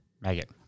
Maggot